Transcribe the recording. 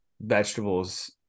vegetables